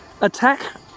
attack